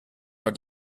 are